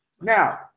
now